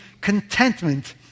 contentment